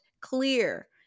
clear